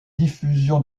diffusion